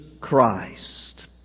Christ